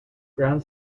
ground